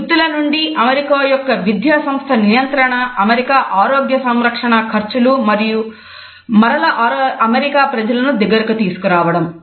" వృత్తుల నుండి అమెరికా ఆరోగ్య సంరక్షణ ఖర్చులు మరియు మరల అమెరికా ప్రజలను దగ్గరకు తీసుకురావడం